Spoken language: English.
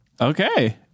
Okay